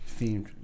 Themed